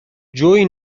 جویی